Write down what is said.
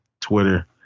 Twitter